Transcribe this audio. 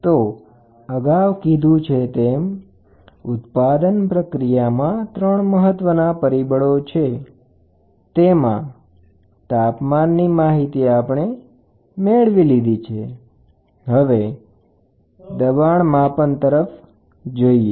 તો અગાઉ કીધું છે તેમ ઉત્પાદન પ્રક્રિયામાં ત્રણ પરિબળો છે તેમાં એક છે તાપમાન જેની માહિતી આપણે મેળવી લીધી હવે પછી દબાણ જોઈએ